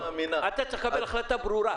אתה צריך לקבל החלטה ברורה.